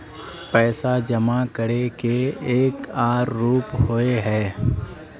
पैसा जमा करे के एक आर रूप होय है?